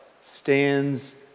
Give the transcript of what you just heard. stands